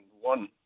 one